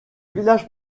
village